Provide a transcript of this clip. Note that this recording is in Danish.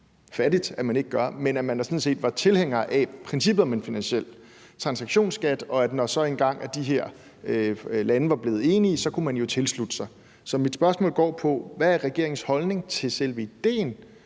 fattigt at man ikke gør. Men man var sådan set tilhænger af princippet om en finansiel transaktionsskat, og når de her lande så engang var blevet enige, kunne man jo tilslutte sig. Så mit spørgsmål går på: Hvad er regeringens holdning til selve idéen